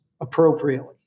appropriately